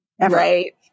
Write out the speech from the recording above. Right